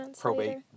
probate